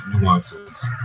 nuances